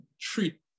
treat